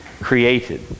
created